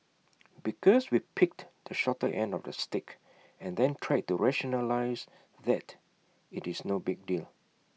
because we picked the shorter end of the stick and then tried to rationalise that IT is no big deal